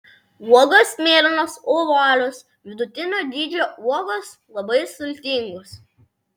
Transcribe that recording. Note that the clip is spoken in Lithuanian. uogos mėlynos ovalios vidutinio dydžio uogos labai sultingos